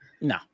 no